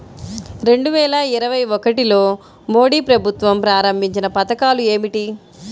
రెండు వేల ఇరవై ఒకటిలో మోడీ ప్రభుత్వం ప్రారంభించిన పథకాలు ఏమిటీ?